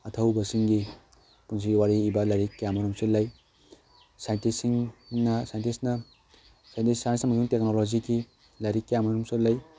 ꯑꯊꯧꯕꯁꯤꯡꯒꯤ ꯄꯨꯟꯁꯤ ꯋꯥꯔꯤ ꯏꯕ ꯂꯥꯏꯔꯤꯛ ꯀꯌꯥ ꯑꯃꯔꯣꯝꯁꯨ ꯂꯩ ꯁꯥꯏꯟꯇꯤꯁ ꯁꯤꯡꯅ ꯁꯥꯏꯟꯇꯤꯁꯅ ꯁꯥꯏꯟꯁ ꯑꯃꯗꯤ ꯇꯦꯛꯅꯣꯂꯣꯖꯤꯒꯤ ꯂꯥꯏꯔꯤꯛ ꯀꯌꯥ ꯑꯃꯔꯣꯝꯁꯨ ꯂꯩ